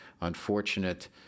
unfortunate